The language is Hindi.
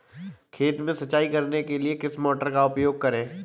खेत में सिंचाई करने के लिए किस मोटर का उपयोग करें?